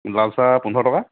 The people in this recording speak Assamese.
লাল চাহ পোন্ধৰ টকা